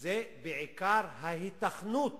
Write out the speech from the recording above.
זה בעיקר ההיתכנות